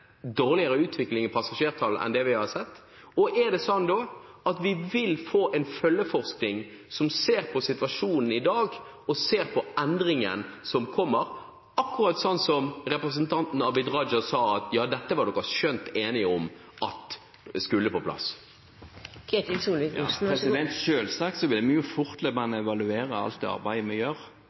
dårligere utvikling i passasjertallet enn det vi har sett? Og er det slik at vi vil få en følgeforskning som ser på situasjonen i dag og ser på endringen som kommer, akkurat som representanten Abid Q. Raja sa at dere var skjønt enige om at skulle på plass? Selvsagt vil vi fortløpende evaluere alt det arbeidet vi gjør.